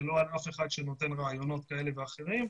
ולא על אף אחד שנותן רעיונות כאלה ואחרים.